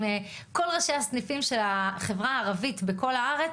כל ראשי הסניפים של החברה הערבית בכל הארץ,